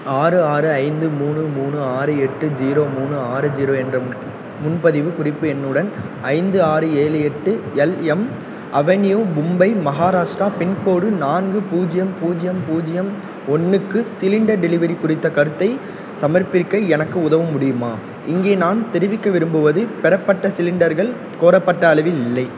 ஆறு ஆறு ஐந்து மூணு மூணு ஆறு எட்டு ஜீரோ மூணு ஆறு ஜீரோ என்ற முன்பதிவு குறிப்பு எண்ணுடன் ஐந்து ஆறு ஏழு எட்டு LM avenue Mumbai Maharashtra pin code நான்கு பூஜ்ஜியம் பூஜ்ஜியம் பூஜ்ஜியம் ஒன்றுக்கு சிலிண்டர் டெலிவரி குறித்த கருத்தைச் சமர்ப்பிக்க எனக்கு உதவ முடியுமா இங்கே நான் தெரிவிக்க விரும்புவது பெறப்பட்ட சிலிண்டர்கள் கோரப்பட்ட அளவில் இல்லை